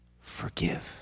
forgive